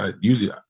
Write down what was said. Usually